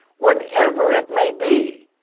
whatever it may be.